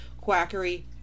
quackery